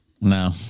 No